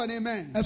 amen